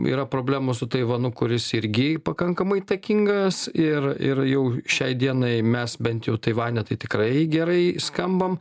yra problemų su taivanu kuris irgi pakankamai įtakingas ir ir jau šiai dienai mes bent jau taivane tai tikrai gerai skambam